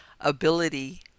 ability